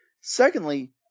Secondly